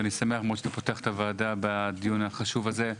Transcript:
אני שמח מאוד שאתה פותח את הוועדה בדיון החשוב הזה.